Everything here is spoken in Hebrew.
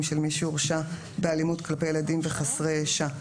של מי שהורשע באלימות כלפי ילדים וחסרי ישע,